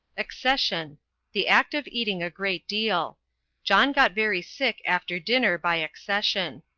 accession the act of eating a great deal john got very sick after dinner by accession.